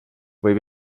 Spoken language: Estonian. võib